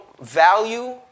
value